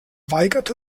weigerte